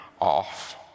off